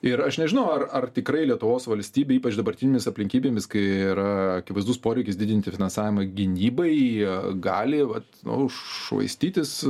ir aš nežinau ar ar tikrai lietuvos valstybei ypač dabartinėmis aplinkybėmis kai yra akivaizdus poreikis didinti finansavimą gynybai jie gali vat nu švaistytis